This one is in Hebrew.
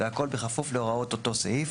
והכול בכפוף להוראות אותו סעיף.